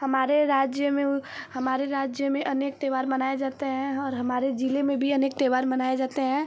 हमारे राज्य में हमारे राज्य में अनेक त्योहार मनाए जाते हैं और हमारे ज़िले में भी अनेक त्योहार मनाए जाते हैं